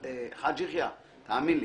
חאג' יחיא, תאמין לי,